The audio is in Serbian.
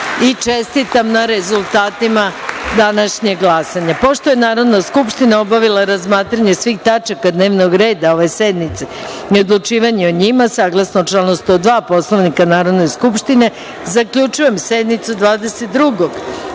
i čestitam na rezultatima današnjeg glasanja. Pošto je Narodna skupština obavila razmatranje svih tačaka dnevnog reda ove sednice i odlučivanje o njima, saglasno članu 102. Poslovnika Narodne skupštine, zaključujem sednicu